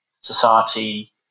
society